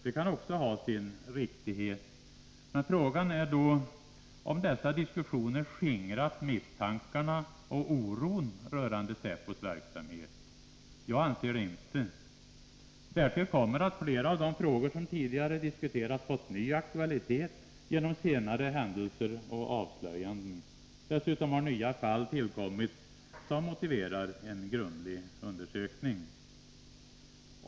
Det kan också ha sin riktighet, men frågan är då om dessa diskussioner skingrat misstankarna och oron rörande säpos verksamhet. Jag anser det inte. Därtill kommer att flera av de frågor som tidigare diskuterats fått ny aktualitet genom senare händelser och avslöjanden. Dessutom har nya fall tillkommit som motiverar en grundlig undersökning.